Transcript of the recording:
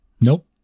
nope